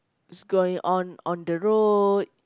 is going on on the road